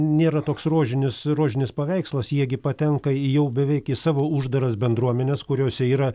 nėra toks rožinis rožinis paveikslas jie gi patenka į jau beveik savo uždaras bendruomenes kuriose yra